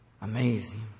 Amazing